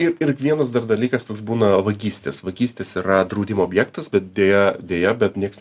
ir ir vienas dar dalykas toks būna vagystės vagystės yra draudimo objektas bet deja deja bet nieks